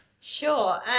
Sure